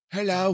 Hello